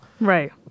Right